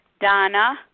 Donna